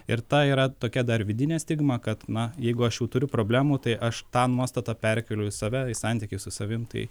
ir ta yra tokia dar vidinė stigma kad na jeigu aš jau turiu problemų tai aš tą nuostatą perkeliu į save į santykį su savim tai